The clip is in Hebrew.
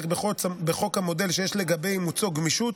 בחוק המודל שיש לגבי אימוצו גמישות,